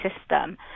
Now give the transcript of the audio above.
system